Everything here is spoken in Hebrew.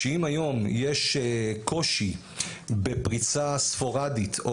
שאם היום יש קושי בפריסה ספורדית או